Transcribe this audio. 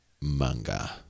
manga